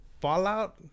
Fallout